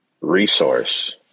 resource